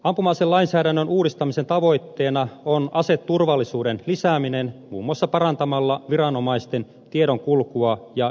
ampuma aselainsäädännön uudistamisen tavoitteena on aseturvallisuuden lisääminen muun muassa parantamalla viranomaisten tiedonkulkua ja yhteistoimintaa